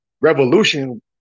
revolution